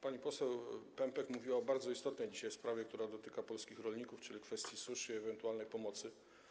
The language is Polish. Pani poseł Pępek mówiła o bardzo istotnej dzisiaj sprawie, która dotyka polskich rolników, czyli kwestii suszy i ewentualnej pomocy.